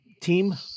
team